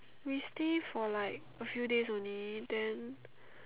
we stay for like a few days only then